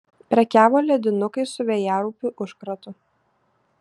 prekiavo ledinukais su vėjaraupių užkratu